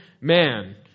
man